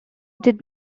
did